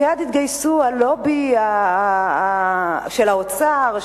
מייד התגייסו הלובי של האוצר,